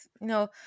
no